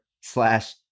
slash